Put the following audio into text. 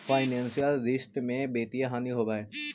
financial रिश्त में वित्तीय हानि होवऽ हई